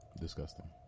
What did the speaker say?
Disgusting